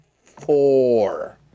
four